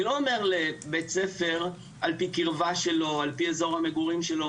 אני לא אומר לבית הספר על-פי קרבה שלו או על-פי אזור המגורים שלו